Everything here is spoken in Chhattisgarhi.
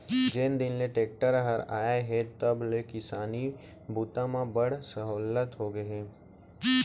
जेन दिन ले टेक्टर हर आए हे तब ले किसानी बूता म बड़ सहोल्लत होगे हे